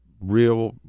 real